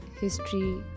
history